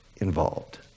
involved